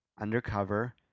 Undercover